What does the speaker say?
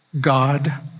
God